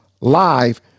live